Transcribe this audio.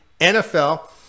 NFL